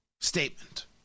statement